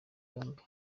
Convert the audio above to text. yombi